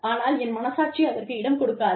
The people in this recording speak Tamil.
ஆனால் என் மனசாட்சி அதற்கு இடம் கொடுக்காது